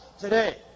today